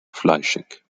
fleischig